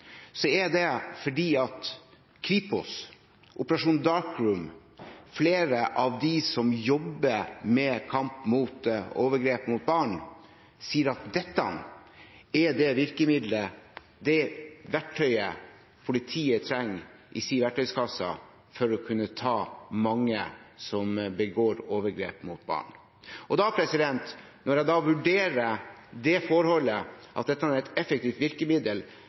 er det fordi Kripos og operasjon «Dark Room», flere av dem som jobber i kampen mot overgrep mot barn, sier at dette er det virkemidlet, det verktøyet, som politiet trenger i sin verktøykasse for å kunne ta mange som begår overgrep mot barn. Når jeg da vurderer det forholdet – at dette er et effektivt virkemiddel